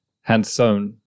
hand-sewn